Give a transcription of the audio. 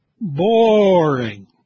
boring